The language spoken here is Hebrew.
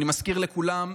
אני מזכיר לכולם,